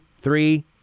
three